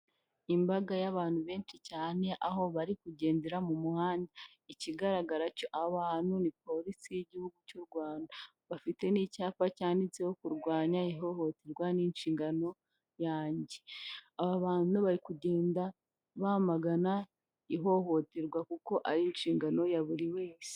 Imbaga y'abantu benshi cyane aho bari kugendera mu muhanda ikigaragara ni polisi y'igihugu cy'u Rwanda bafite n'icyapa cyanditseho kurwanya ihohoterwa n'inshingano yanjye aba bantu bari kugenda bamagana ihohoterwa kuko ari inshingano ya buri wese.